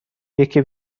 یکی